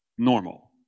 Normal